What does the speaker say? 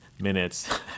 minutes